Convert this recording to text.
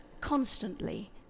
constantly